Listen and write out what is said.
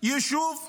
יישוב יהודי,